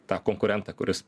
tą konkurentą kuris